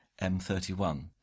M31